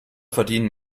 verdienen